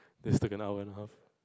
this took an hour and a half